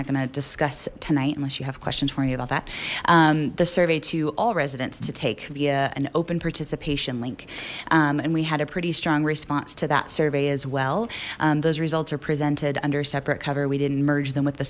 not going to discuss tonight unless you have questions for me about that the survey to all residents to take via an open participation link and we had a pretty strong response to that survey as well those results are presented under separate cover we didn't merge them with the